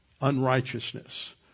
unrighteousness